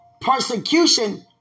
persecution